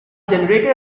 generator